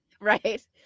Right